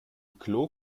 klo